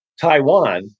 Taiwan